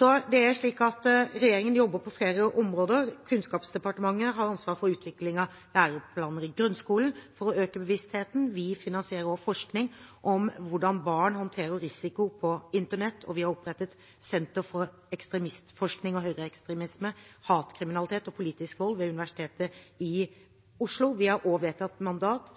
Regjeringen jobber på flere områder. Kunnskapsdepartementet har ansvar for utvikling av læreplaner i grunnskolen for å øke bevisstheten. Vi finansierer også forskning om hvordan barn håndterer risiko på internett, og vi har opprettet Senter for ekstremismeforskning: høyreekstremisme, hatkriminalitet og politisk vold ved Universitetet i Oslo. Vi har også vedtatt mandat